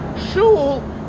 Shul